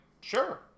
sure